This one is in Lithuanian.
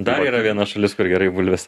dar yra viena šalis kur gerai bulvės